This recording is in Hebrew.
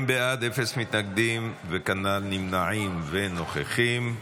40 בעד, אפס מתנגדים וכנ"ל נמנעים ונוכחים.